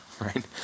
right